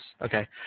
Okay